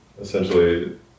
essentially